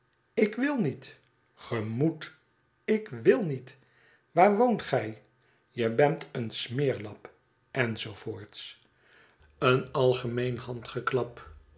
ik wil niet ge moetl ik wil niet waar woont gij je bent een smeerlap enz een algemeen handgeklap